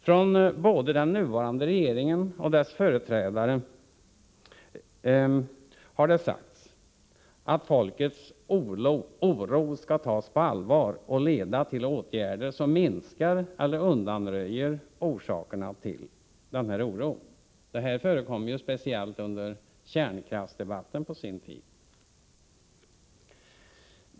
Från både den nuvarande regeringen och dess företrädare har det sagts att folks oro skall tas på allvar och leda till åtgärder som minskar eller undanröjer orsakerna till oron. Så sade man speciellt under kärnkraftsdebatten på sin tid.